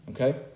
Okay